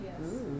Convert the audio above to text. yes